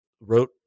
wrote